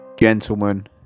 gentlemen